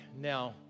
Now